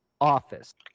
Office